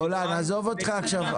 גולן, עזוב אותך עכשיו.